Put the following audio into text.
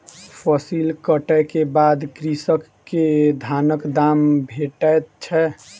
फसिल कटै के बाद कृषक के धानक दाम भेटैत छै